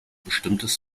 bestimmtes